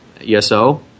ESO